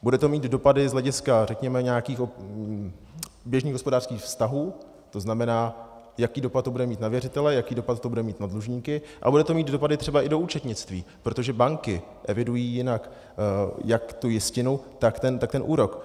Bude to mít dopady z hlediska řekněme nějakých běžných hospodářských vztahů, tzn. jaký dopad to bude mít na věřitele, jaký dopad to bude mít na dlužníky, a bude to mít dopady třeba i do účetnictví, protože banky evidují jinak jak tu jistinu, tak ten úrok.